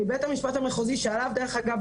מבית המשפט המחוזי שעליו דרך אגב,